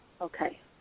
Okay